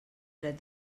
dret